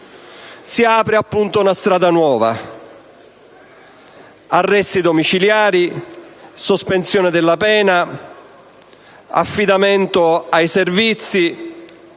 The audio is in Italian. Si apre una strada nuova: arresti domiciliari, sospensione della pena, affidamento ai servizi,